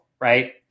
right